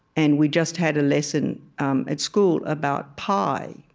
and we'd just had a lesson um at school about pi,